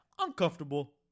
Uncomfortable